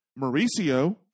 Mauricio